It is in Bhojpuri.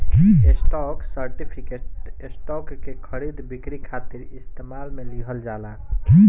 स्टॉक सर्टिफिकेट, स्टॉक के खरीद बिक्री खातिर इस्तेमाल में लिहल जाला